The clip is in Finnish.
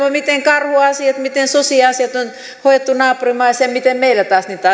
miten karhuasiat miten susiasiat on hoidettu naapurimaissa ja miten meillä taas niitä